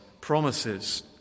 promises